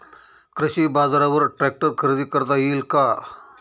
कृषी बाजारवर ट्रॅक्टर खरेदी करता येईल का?